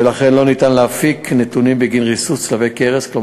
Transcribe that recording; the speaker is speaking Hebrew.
ולכן לא ניתן להפיק נתונים בגין ריסוס צלבי קרס בלבד.